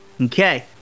okay